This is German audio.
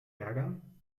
ärgern